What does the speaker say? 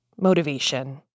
motivation